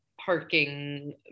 parking